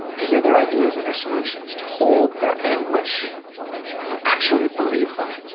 to hear their ideas and their solutions? to hold their anguish and actually believe them,